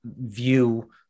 view